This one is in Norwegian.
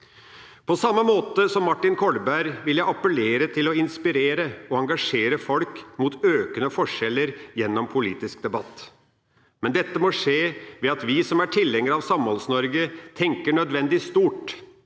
På samme måte som Martin Kolberg vil jeg appellere til å inspirere og engasjere folk mot økende forskjeller gjennom politisk debatt. Men dette må skje ved at vi som er tilhengere av Samholds-Norge, tenker nødvendig stort